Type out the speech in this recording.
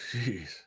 Jeez